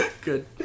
Good